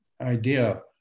idea